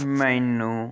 ਮੈਨੂੰ